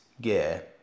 gear